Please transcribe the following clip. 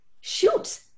shoot